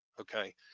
Okay